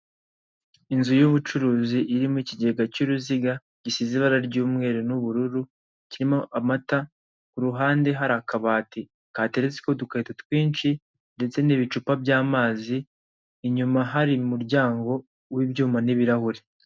Inzu y'ubucuruzi irimo ikigega cy'uruziga gisize ibara ry'umweru n'ubururu kirimo amata ku ruhande hari akabati kateretsweho udukarito twinshi ndetse n'ibicupa by'amazi inyuma hari umuryango w'ibyuma n'ibirahure.